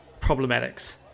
problematics